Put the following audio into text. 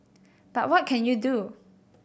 but what can you do